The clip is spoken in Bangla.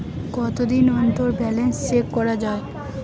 কতদিন অন্তর ব্যালান্স চেক করা য়ায়?